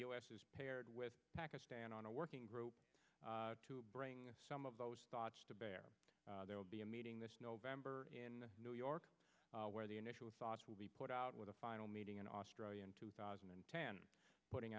is paired with pakistan on a working group to bring some of those thoughts to bear there will be a meeting this november in new york where the initial thoughts will be put out with a final meeting in australia in two thousand and ten putting